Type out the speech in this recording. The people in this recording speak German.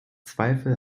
zweifel